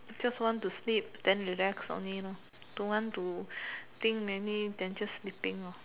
just want to sleep then relax only don't want to think many then just sleeping